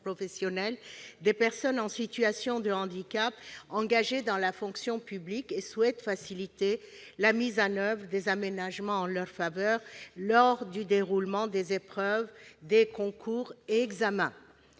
professionnel des personnes en situation de handicap engagées dans la fonction publique. Il entend, de plus, faciliter la mise en oeuvre d'aménagements en leur faveur lors du déroulement des épreuves des concours et examens.